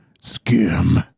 skim